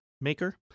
Maker